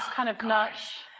kind of nuts.